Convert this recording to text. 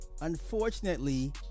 Unfortunately